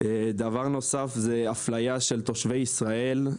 דבר נוסף הוא אפליה של תושבי ישראל.